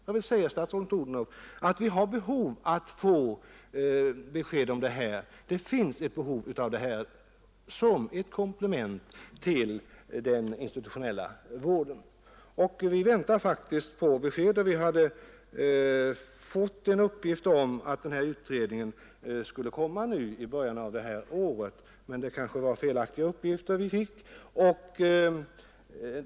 Jag vill säga till statsrådet Odhnoff att vi har ett behov av att få besked om detta. Den här vårdformen behövs som ett komplement till den institutionella vården. Vi väntar faktiskt på besked. Vi hade fått en uppgift om att denna utredning skulle komma i början av detta år, men den uppgiften var kanske felaktig.